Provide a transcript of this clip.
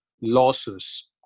losses